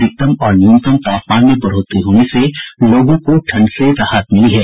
अधिकतम और न्यूनतम तापमान में बढ़ोतरी होने से लोगों को ठंड से राहत मिली है